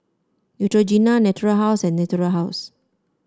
Neutrogena Natura House and Natura House